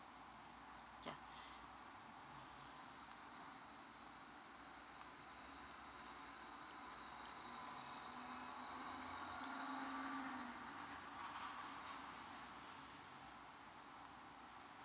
ya